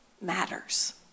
matters